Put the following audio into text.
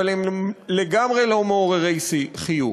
אבל הם לגמרי לא מעוררי חיוך.